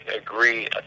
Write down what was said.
agree